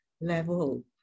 level